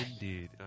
indeed